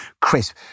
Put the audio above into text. crisp